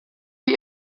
für